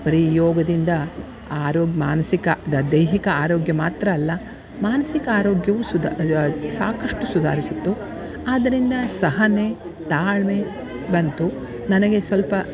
ಬರೀ ಯೋಗದಿಂದ ಆರೋಗ್ಯ ಮಾನಸಿಕ ದ ದೈಹಿಕ ಆರೋಗ್ಯ ಮಾತ್ರ ಅಲ್ಲ ಮಾನಸಿಕ ಆರೋಗ್ಯವೂ ಸುದ ಸಾಕಷ್ಟು ಸುಧಾರಿಸಿತ್ತು ಆದ್ದರಿಂದ ಸಹನೆ ತಾಳ್ಮೆ ಬಂತು ನನಗೆ ಸ್ವಲ್ಪ